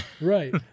Right